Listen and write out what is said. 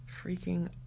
Freaking